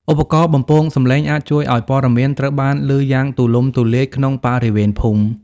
ឧបករណ៍បំពងសំឡេងអាចជួយឱ្យព័ត៌មានត្រូវបានឮយ៉ាងទូលំទូលាយក្នុងបរិវេណភូមិ។